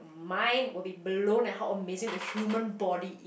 mind will be blown at how amazing the human body